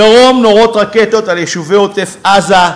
בדרום נורות רקטות על יישובי עוטף-עזה,